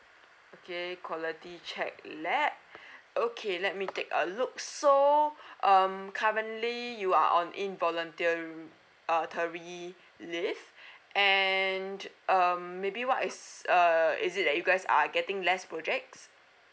okay quality check let okay let me take a look so um currently you are on in volunta~ tary leave and um maybe what is err is it like you guys are getting less projects